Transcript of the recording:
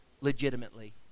legitimately